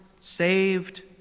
saved